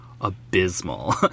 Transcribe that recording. abysmal